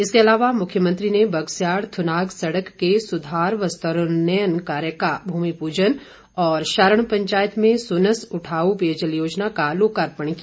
इसके अलावा मुख्यमंत्री ने बगस्याड़ थुनाग सड़क के सुधार व स्तरोन्यन कार्य का भूमि पूजन और शारण पंचायत में सुनस उठाऊ पेयजल योजना का लोकार्पण किया